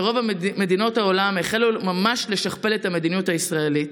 ורוב מדינות העולם החלו ממש לשכפל את המדיניות הישראלית.